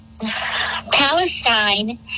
Palestine